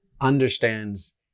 understands